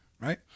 right